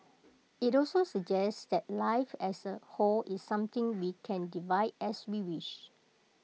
IT also suggests that life as A whole is something we can divide as we wish